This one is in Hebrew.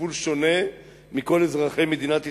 טיפול שונה מכל אזרחי מדינת ישראל,